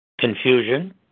confusion